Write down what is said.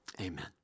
Amen